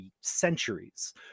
centuries